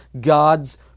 God's